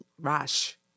rush